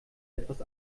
etwas